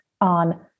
on